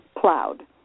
plowed